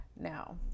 Now